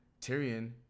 Tyrion